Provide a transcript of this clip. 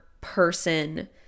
person